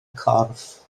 corff